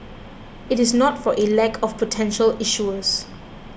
it is not for a lack of potential issuers